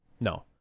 no